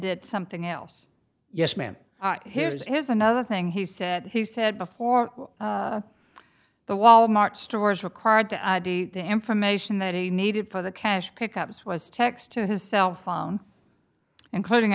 did something else yes ma'am here's here's another thing he said he said before the wal mart stores required to id the information that he needed for the cash pick ups was text to his cell phone including